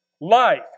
Life